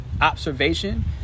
observation